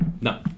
No